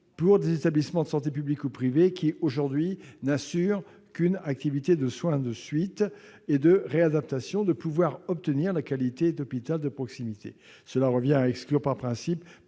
pour des établissements de santé, publics ou privés, qui n'assurent qu'une activité de soins de suite et de réadaptation d'obtenir la qualité d'hôpital de proximité. Cela revient donc à exclure, par principe,